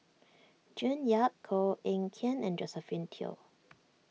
June Yap Koh Eng Kian and Josephine Teo